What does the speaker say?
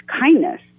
kindness